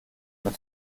mehr